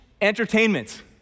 entertainment